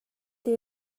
pah